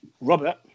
Robert